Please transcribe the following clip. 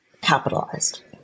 capitalized